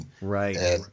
Right